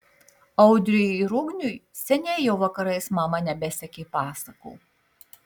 audriui ir ugniui seniai jau vakarais mama nebesekė pasakų